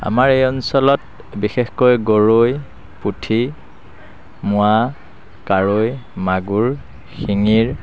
আমাৰ অঞ্চলত বিশেষকৈ গৰৈ পুঠি মোৱা কাৱৈ মাগুৰ শিঙিৰ